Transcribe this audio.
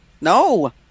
No